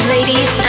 Ladies